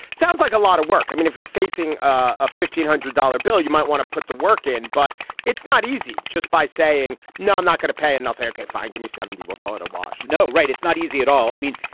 sounds like a lot of work. i mean, if you're facing a fifteen hundred dollar bill, you might want to put the work in. but it's not easy just by saying, no, i'm not going to pay. and they'll say, okay, fine, give me seventy. we'll call it a wash no, right. it's not easy at all. i mean,